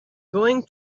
going